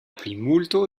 plimulto